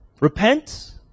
Repent